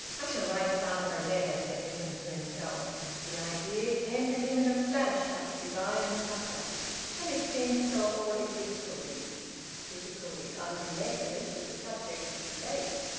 i shall write father a letter! said edwin to himself. the idea came to him in a flash like a divine succour and it seemed to solve all his difficulties difficulties unconnected with the subject of debate.